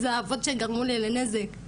זה אבות שגרמו לי לנזק,